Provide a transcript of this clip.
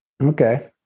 Okay